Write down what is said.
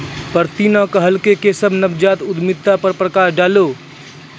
प्रीति न कहलकै केशव नवजात उद्यमिता पर प्रकाश डालौ